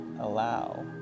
allow